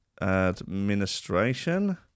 Administration